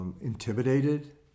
Intimidated